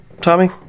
Tommy